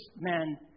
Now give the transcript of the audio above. men